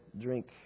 drink